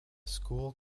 school